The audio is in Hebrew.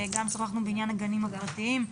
גם שוחחנו בעניין הגנים הפרטיים.